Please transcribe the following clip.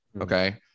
Okay